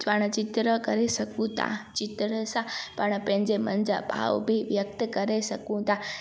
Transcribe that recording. पाणि चित्र करे सघूं था चित्र सां पाणि पंहिंजे मन जा भाव बि व्यक्त करे सघूं था